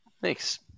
Thanks